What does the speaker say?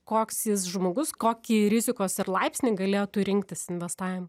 koks jis žmogus kokį rizikos ir laipsnį galėtų rinktis investavimo